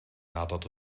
nadat